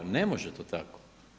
Ne može to tako!